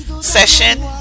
session